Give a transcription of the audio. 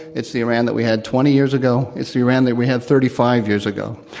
it's the iran that we had twenty years ago. it's the iran that we had thirty five years ago.